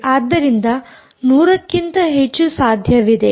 ಆದ್ದರಿಂದ 100 ಕ್ಕಿಂತ ಹೆಚ್ಚು ಸಾಧ್ಯವಿದೆ